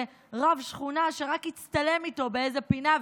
רב שכונה שרק יצטלם איתו באיזו פינה,